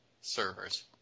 servers